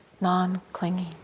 non-clinging